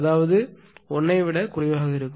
அதாவது 1 ஐ விட குறைவாக இருக்கும்